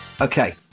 Okay